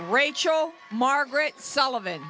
rachel margaret sullivan